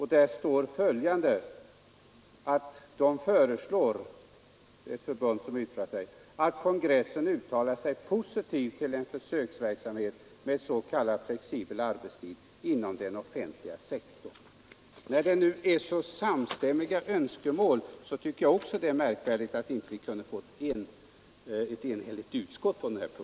Det är ett förbund som yttrar sig över en motion och föreslår att kongressen uttalar sig positivt till en försöksverksamhet med s.k. flexibel arbetstid inom den offentliga sektorn. När det nu är så samstämmiga önskemål finner jag det märkvärdigt att utskottet inte kunnat enas på den här punkten.